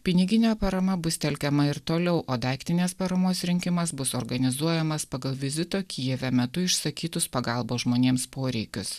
piniginė parama bus telkiama ir toliau o daiktinės paramos rinkimas bus organizuojamas pagal vizito kijeve metu išsakytus pagalbos žmonėms poreikius